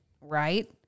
right